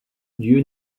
dieu